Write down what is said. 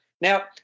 Now